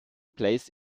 placed